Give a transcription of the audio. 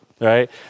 Right